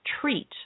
treat